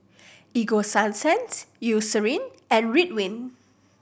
Ego Sunsense Eucerin and Ridwind